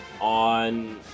on